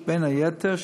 בין היתר,